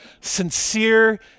sincere